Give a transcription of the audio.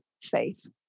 faith